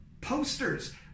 posters